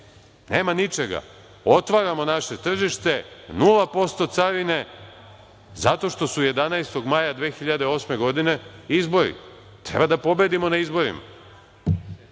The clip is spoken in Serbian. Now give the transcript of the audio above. nema ničega, otvaramo naše tržište, 0% carine, zato što su 11. maja 2008. godine izbori, treba da pobedimo na izborima.